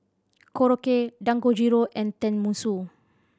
Korokke Dangojiru and Tenmusu